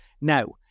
Now